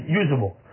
usable